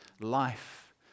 life